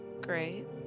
great